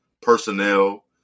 personnel